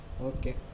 Okay